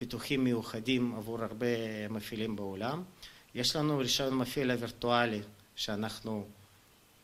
פיתוחים מיוחדים עבור הרבה מפעילים בעולם, יש לנו ראשון מפעיל הוירטואלי שאנחנו